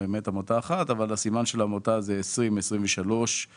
העמותה קיבלה אישור ניהול תקין.